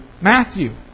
Matthew